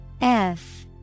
-F